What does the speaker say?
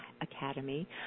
Academy